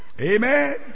Amen